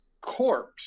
corpse